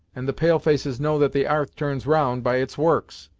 and the pale-faces know that the arth turns round by its works.